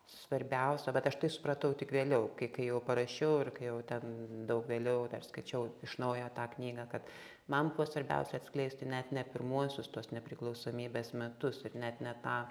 svarbiausia bet aš tai supratau tik vėliau kai kai jau parašiau ir ką jau ten daug vėliau dar skaičiau iš naujo tą knygą kad man buvo svarbiausia atskleisti net ne pirmuosius tos nepriklausomybės metus ir net ne tą